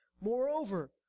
Moreover